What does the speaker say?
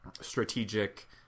strategic